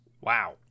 Wow